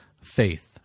Faith